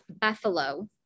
buffalo